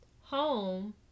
home